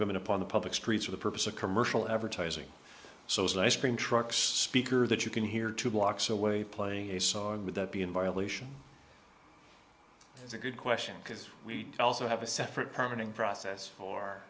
coming upon a public street for the purpose of commercial advertising so as an ice cream trucks speaker that you can hear two blocks away playing a song would that be in violation it's a good question because we also have a separate permanent process for